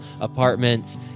apartments